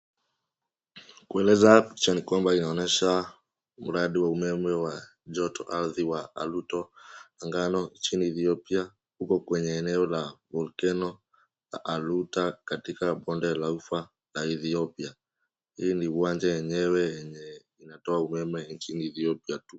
Kueleza picha ni kwamba inaonyesha mradi wa umeme wa joto ardhi wa Aluto Angano nchini Ethiopia huko kwenye eneo la volkeno la Aluta katika bonde la ufa la Ethiopia. Hii ni uwanja yenyewe yenye inatoa umeme nchini Ethiopia tu.